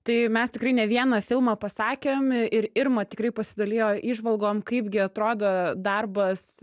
tai mes tikrai ne vieną filmą pasakėm ir irma tikrai pasidalijo įžvalgom kaip gi atrodo darbas